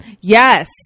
yes